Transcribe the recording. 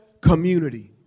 community